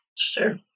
Sure